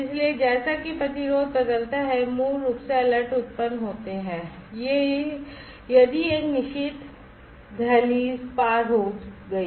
इसलिए जैसा कि प्रतिरोध बदलता है मूल रूप से अलर्ट उत्पन्न होते हैं यदि एक निश्चित दहलीज पार हो गई